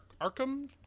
Arkham